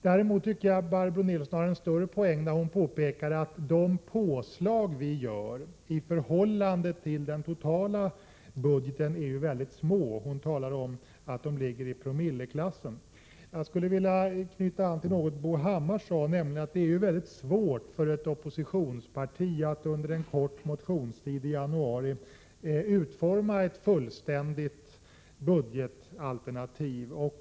Däremot tycker jag att Barbro Nilsson hade en större poäng när hon påpekade att de påslag vi gör i förhållande till den totala budgeten är synnerligen små. Hon talade om att de ligger i promilleklassen. Jag skulle vilja knyta an till något Bo Hammar sade, nämligen att det är väldigt svårt för ett oppositionsparti att under en kort motionstid i januari utforma ett fullständigt budgetalternativ.